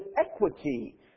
equity